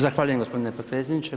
Zahvaljujem gospodine potpredsjedniče.